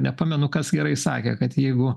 nepamenu kas gerai sakė kad jeigu